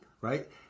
right